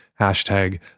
Hashtag